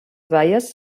baies